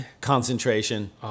concentration